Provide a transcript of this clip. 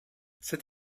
c’est